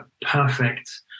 perfect